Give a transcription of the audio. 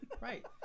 Right